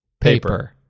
paper